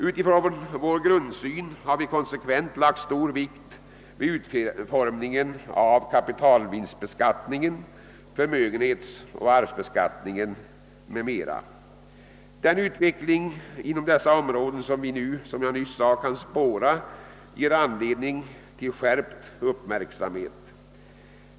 Utifrån vår grundsyn har vi konsekvent lagt stor vikt vid utformningen av kapitalvinstbeskattningen, förmögenhetsoch arvsbeskattningen m.m. Den utveckling inom dessa områden som vi nu kan spåra ger anledning till skärpt uppmärksamhet.